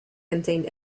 contained